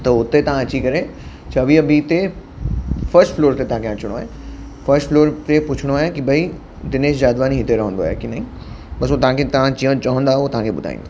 त हुते तव्हां अची करे छवीह बी ते फर्स्ट फ्लोर ते तव्हांखे अचिणो आहे फर्स्ट फ्लोर ते पुछिणो आहे की भई दिनेश जादवानी हिते रहंदो आहे की नई बसि हू तव्हांखे तव्हां जीअं चवंदा हू तव्हांखे ॿुधाईंदो